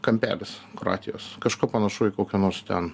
kampelis kroatijos kažkuo panašu į kokią nors ten